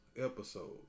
Episode